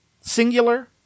singular